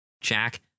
Jack